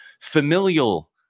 familial